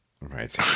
Right